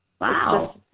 Wow